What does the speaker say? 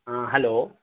ہاں ہلو